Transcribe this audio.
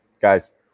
guys